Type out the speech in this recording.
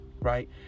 right